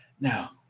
Now